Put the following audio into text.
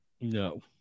No